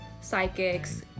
psychics